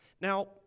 Now